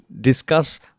discuss